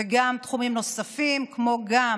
וגם תחומים נוספים, כמו גם